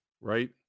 right